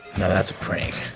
now, that's a prank.